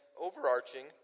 overarching